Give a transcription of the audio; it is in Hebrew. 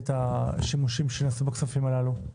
את השימושים שנעשו בכספים הללו,